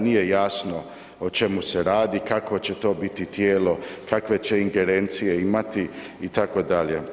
Nije jasno o čemu se radi, kakvo će to biti tijelo, kakve će ingerencije imati itd.